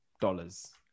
dollars